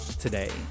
today